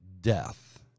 death